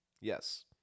Yes